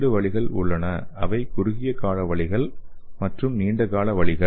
இரண்டு வழிகள் உள்ளன அவை குறுகிய கால வழிகள் மற்றும் நீண்ட கால வழிகள்